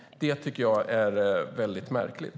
Det tycker jag är märkligt.